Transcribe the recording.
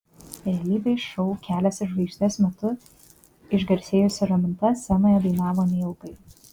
realybės šou kelias į žvaigždes metu išgarsėjusi raminta scenoje dainavo neilgai